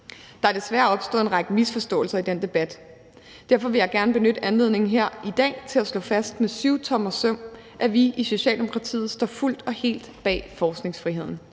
Der er desværre opstået en række misforståelser i den debat. Derfor vil jeg gerne benytte anledningen her i dag til at slå fast med syvtommersøm, at vi i Socialdemokratiet står fuldt og helt bag forskningsfriheden.